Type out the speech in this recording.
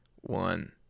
one